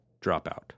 dropout